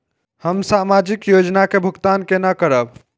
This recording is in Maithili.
हम सामाजिक योजना के भुगतान केना करब?